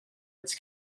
its